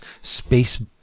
space